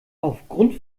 aufgrund